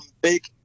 big